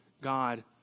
God